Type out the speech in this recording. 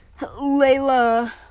Layla